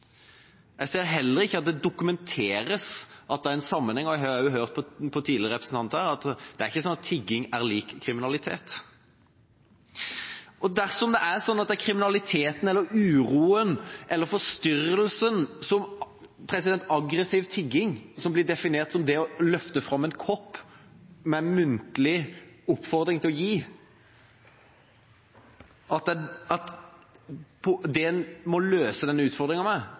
jeg at jeg telte meg fram til tre. Jeg ser heller ikke at det dokumenteres at det er en sammenheng. Jeg har også hørt av representanter tidligere her at tigging ikke er lik kriminalitet. Må den utfordringa som kriminaliteten, uroen eller forstyrrelsen aggressiv tigging – som blir definert som det å løfte fram en kopp, med muntlig oppfordring om å gi – innebærer, møtes med et forbud? Nei, hvis det er